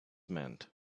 meant